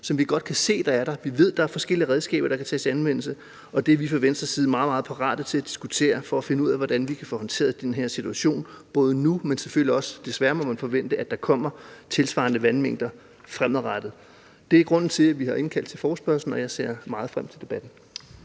som vi godt kan se er der. Vi ved, at der er forskellige redskaber, der kan tages i anvendelse, og det er vi fra Venstres side meget, meget parate til at diskutere for at finde ud af, hvordan vi kan få håndteret den her situation nu, men også fremadrettet, for desværre må man forvente, at der også kommer tilsvarende vandmængder fremadrettet. Det er grunden til, at vi har indkaldt til forespørgslen, og jeg ser meget frem til debatten.